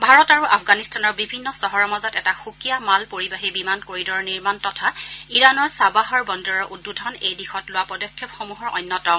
ভাৰত আৰু আফগানিস্তানৰ বিভিন্ন চহৰৰ মাজত এটা সুকীয়া মালপৰিবাহী বিমান কৰিডৰৰ নিৰ্মাণ তথা ইৰাণৰ চাবাহৰ বন্দৰৰ উদ্বোধন এই দিশত লোৱা পদক্ষেপসমূহৰ অন্যতম